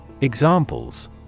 Examples